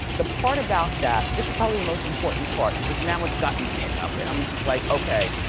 the part about that, this is probably the most important part because now, it's gotten pickup and i'm just like okay,